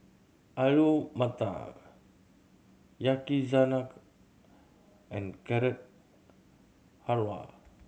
Alu Matar Yakizakana and Carrot Halwa